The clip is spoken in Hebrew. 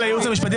המשפטי.